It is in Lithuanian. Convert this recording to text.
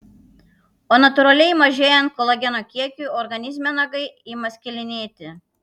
o natūraliai mažėjant kolageno kiekiui organizme nagai ima skilinėti